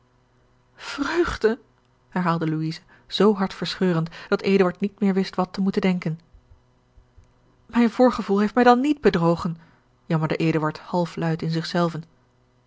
vreugde herhaalde louise zoo hartverscheurend dat eduard niet meer wist wat te moeten denken mijn voorgevoel heeft mij dan niet bedrogen jammerde eduard half luid in